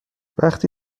وقتی